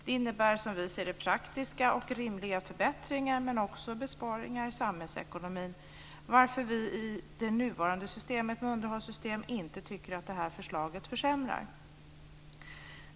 Det innebär, som vi ser det, praktiska och rimliga förbättringar men också besparingar i samhällsekonomin varför vi i det nuvarande systemet med underhållsstöd inte tycker att detta förslag försämrar.